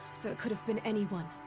so it could have been anyone.